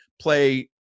play